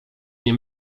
nie